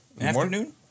Afternoon